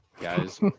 guys